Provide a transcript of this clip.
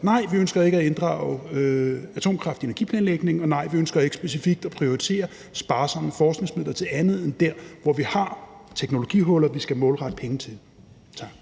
nej, vi ønsker ikke at inddrage atomkraft i energiplanlægningen, og nej, vi ønsker ikke specifikt at prioritere sparsomme forskningsmidler til andet end der, hvor vi har teknologihuller, vi skal målrette penge til. Tak.